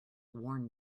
worn